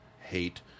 hate